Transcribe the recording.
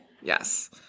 Yes